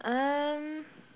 um